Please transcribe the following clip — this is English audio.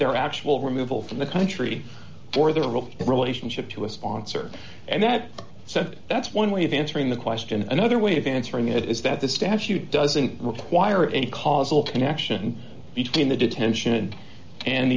their actual removal from the country for their real relationship to a sponsor and that so that's one way of answering the question another way of answering it is that the statute doesn't require any causal connection between the detention and